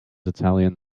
italian